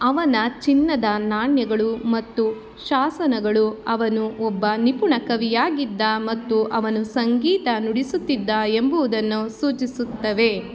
ಅವನ ಚಿನ್ನದ ನಾಣ್ಯಗಳು ಮತ್ತು ಶಾಸನಗಳು ಅವನು ಒಬ್ಬ ನಿಪುಣ ಕವಿಯಾಗಿದ್ದ ಮತ್ತು ಅವನು ಸಂಗೀತ ನುಡಿಸುತ್ತಿದ್ದ ಎಂಬುದನ್ನು ಸೂಚಿಸುತ್ತವೆ